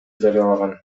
жарыялаган